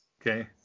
Okay